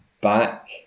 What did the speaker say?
back